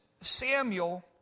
Samuel